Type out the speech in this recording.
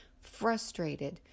frustrated